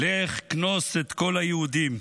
"לך כְּנוֹס את כל היהודים",